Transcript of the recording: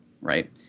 right